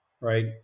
right